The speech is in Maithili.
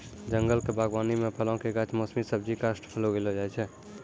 जंगल क बागबानी म फलो कॅ गाछ, मौसमी सब्जी, काष्ठफल उगैलो जाय छै